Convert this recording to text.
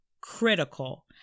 critical